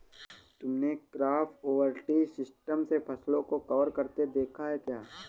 तुमने crop over tree system से फसलों को कवर करते देखा है क्या?